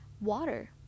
water